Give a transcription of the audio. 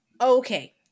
okay